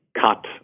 cut